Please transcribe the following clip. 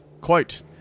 Quote